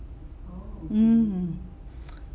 mm